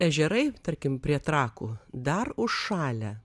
ežerai tarkim prie trakų dar užšalę